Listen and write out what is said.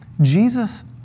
Jesus